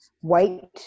white